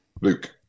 Luke